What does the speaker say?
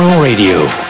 Radio